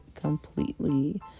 completely